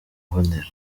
mbonera